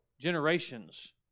generations